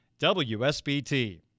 WSBT